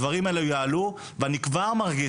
הדברים האלה יעלו ואני כבר מרגיש,